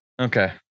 okay